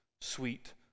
sweet